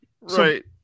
Right